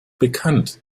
bekannt